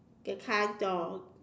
the car door